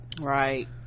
right